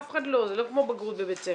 זה לא כמו בגרות בבית ספר,